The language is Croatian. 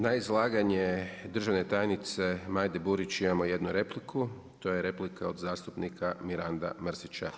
Na izlaganje državne tajnice Majde Burić, imamo jednu repliku, to je replika od zastupnika Miranda Mrsića.